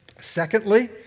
Secondly